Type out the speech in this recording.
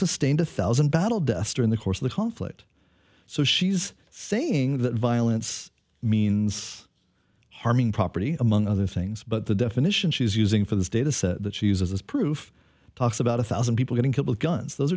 sustained a thousand battle deaths during the course of the conflict so she's saying that violence means harming property among other things but the definition she is using for this data says that she uses proof talks about a thousand people getting killed guns those